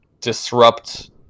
disrupt